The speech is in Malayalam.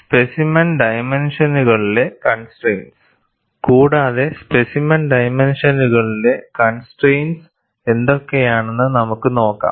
സ്പെസിമെൻ ഡൈമെൻഷനുകളിലെ കൺസ്ട്രൈൻസ് കൂടാതെ സ്പെസിമെൻ ഡൈമെൻഷനുകളിലെ കൺസ്ട്രൈൻസ് എന്തൊക്കെയാണെന്ന് നമുക്ക് നോക്കാം